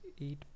eight